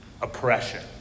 oppression